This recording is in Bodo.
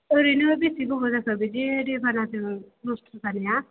ओरैनो बेसे गोबाव जाखो बिदि दैबानाजों नस्त' जानाया